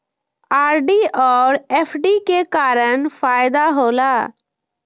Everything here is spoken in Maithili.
आर.डी और एफ.डी के का फायदा हौला?